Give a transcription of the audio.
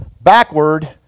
backward